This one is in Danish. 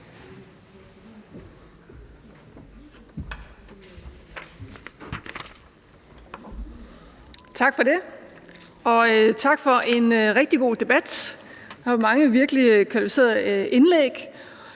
Tak for det, og tak for en rigtig god debat. Der har været mange virkelig kvalificerede indlæg.